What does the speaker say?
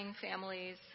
families